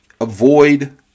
Avoid